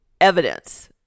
evidence